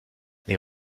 les